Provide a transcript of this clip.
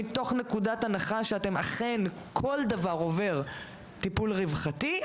מתוך נקודת הנחה שאכן כל דבר עובר טיפול רווחתי,